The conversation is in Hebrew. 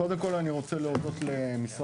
קודם כול, אני רוצה להודות למשרד